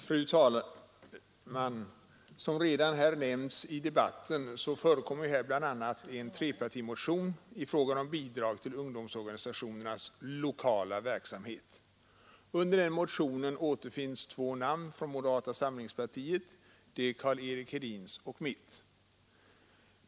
Fru talman! Som redan nämnts i debatten förekommer här bl.a. en trepartimotion i fråga om bidraget till ungdomsorganisationernas lokala verksamhet. Under den motionen finns två namn från moderata samlingspartiet, Carl Eric Hedins och mitt.